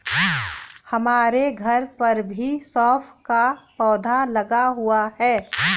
हमारे घर पर भी सौंफ का पौधा लगा हुआ है